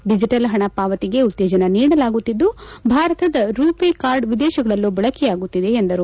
digital ಪಣ ಪಾವತಿಗೆ ಉತ್ತೇಜನ ನೀಡಲಾಗುತ್ತಿದ್ದು ಭಾರತದ ರುಪೆ ಕಾರ್ಡ್ ವಿದೇಶಗಳಲ್ಲೂ ಬಳಕೆಯಾಗುತ್ತಿದೆ ಎಂದರು